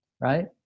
Right